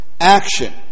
Action